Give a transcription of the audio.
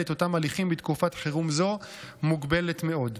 את אותם הליכים בתקופת חירום זו מוגבלת מאוד.